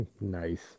Nice